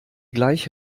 gleich